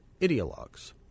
ideologues